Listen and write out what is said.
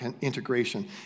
integration